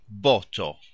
boto